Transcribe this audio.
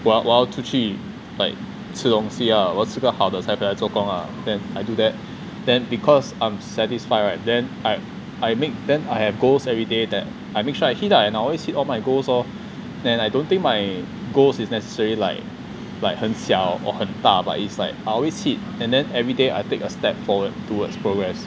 我要我要出去吃 like 吃东西 ah 我是吃个好的再回来做工 ah then I do that then because I'm satisfied right then I I make then I have goals everyday that I make sure I hit lah and I always hit all my goals lor then I don't think my goals is necessary like like 很小 or 很大 but it's like I always hit and then everyday I take a step forward towards progress